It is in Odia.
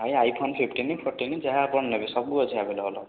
ଆଜ୍ଞା ଆଇଫୋନ୍ ଫିଫ୍ଟିନ୍ ଫୋର୍ଟିନ୍ ଯାହା ଆପଣ ନେବେ ସବୁ ଏଠି ଆଭେଲେବୁଲ୍ ହେବ